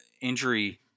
injury